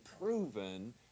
proven